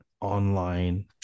online